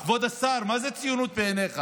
כבוד השר, מה זה ציונות בעיניך?